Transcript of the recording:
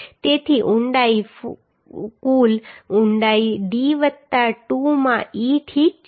તેથી ઊંડાઈ કુલ ઊંડાઈ d વત્તા 2 માં e ઠીક છે